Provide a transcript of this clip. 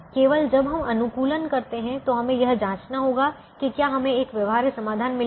केवल जब हम अनुकूलन करते हैं तो हमें यह जांचना होगा कि क्या हमें एक व्यवहार्य समाधान मिलेगा